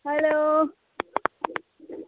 hello